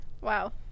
Wow